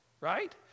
right